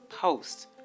post